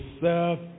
serve